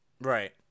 Right